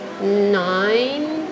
nine